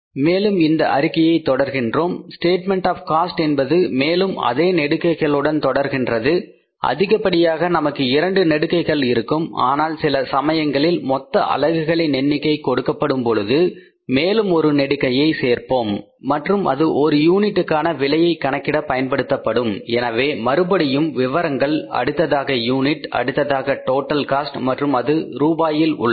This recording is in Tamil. மேலும் இந்த அறிக்கையை தொடர்கின்றோம் ஸ்டேட்மெண்ட் ஆஃ காஸ்ட் என்பது மேலும் அதே நெடுக்கைகளுடன் தொடர்கின்றது அதிகப்படியாக நமக்கு இரண்டு நெடுக்கைகள் இருக்கும் ஆனால் சில சமயங்களில் மொத்த அலகுகளின் எண்ணிக்கை கொடுக்கப்படும் பொழுது மேலும் ஒரு நெடுக்கையை சேர்ப்போம் மற்றும் அது ஒரு யூனிட்டுக்கான விலையை கணக்கிட பயன்படுத்தப்படும் எனவே மறுபடியும் விபரங்கள் அடுத்ததாக யூனிட் அடுத்ததாக டோட்டல் காஸ்ட் மற்றும் அது ரூபாயில் உள்ளது